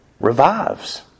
revives